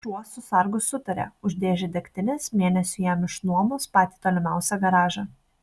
šuo su sargu sutarė už dėžę degtinės mėnesiui jam išnuomos patį tolimiausią garažą